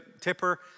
tipper